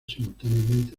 simultáneamente